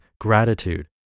gratitude